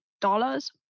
dollars